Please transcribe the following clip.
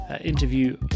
interview